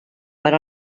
per